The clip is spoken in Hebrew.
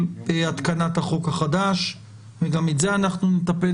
בהתקנת החוק החדש וגם את זה אנחנו נעשה.